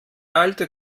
alte